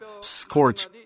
scorch